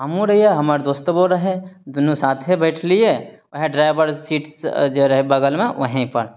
हमहुँ रहियै हमर दोस्तबो रहय दुनू साथे बैठलियै ओएह ड्राइवर सीट जे रहय बगलमे वहींपर